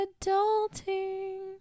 Adulting